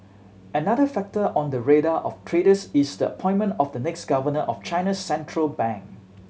another factor on the radar of traders is the appointment of the next governor of China's central bank